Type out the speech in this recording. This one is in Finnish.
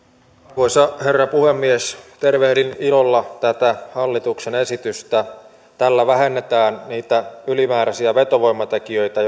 arvoisa herra puhemies tervehdin ilolla tätä hallituksen esitystä tällä vähennetään niitä ylimääräisiä vetovoimatekijöitä